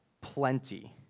plenty